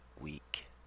week